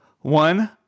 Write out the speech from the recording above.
one